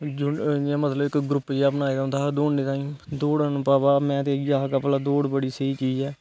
इयां मतलब इक ग्रुप जेहा बनाए दा होंदा हा दौड़ने तांई दौड़ना में ते इयै आक्खदा हा कि दौड़ बड़ी स्हेई चीज ऐ